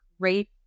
great